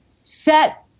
set